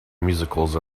musicals